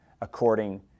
according